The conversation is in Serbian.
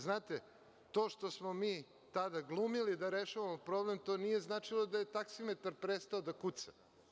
Znate, to što smo mi tada glumili da rešavamo problem to nije značilo da je taksimetar prestao da kuca.